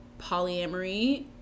polyamory